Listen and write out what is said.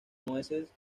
nueces